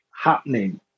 happening